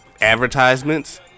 advertisements